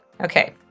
Okay